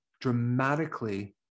dramatically